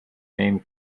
name